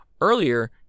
earlier